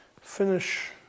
finish